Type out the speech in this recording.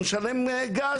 הוא משלם גז?